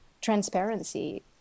transparency